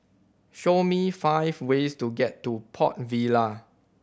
show me five ways to get to Port Vila